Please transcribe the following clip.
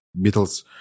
Beatles